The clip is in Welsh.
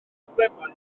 problemau